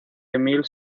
emil